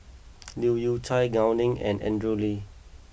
Leu Yew Chye Gao Ning and Andrew Lee